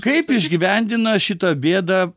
kaip įgyvendina šitą bėdą